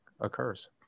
occurs